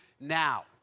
now